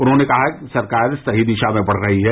उन्होंने कहा कि सरकार सही दिशा में बढ़ रही है